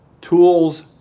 tools